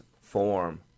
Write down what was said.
form